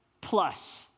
plus